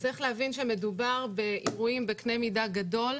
צריך להבין שמדובר באירועים בקנה מידה גדול.